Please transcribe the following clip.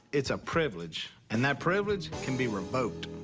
it's a privilege. and that privilege can be revoked.